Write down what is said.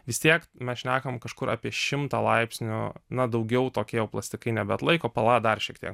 vis tiek mes šnekam kažkur apie šimtą laipsnių na daugiau tokie jau plastikai nebeatlaiko pla dar šiek tiek